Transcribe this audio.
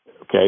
Okay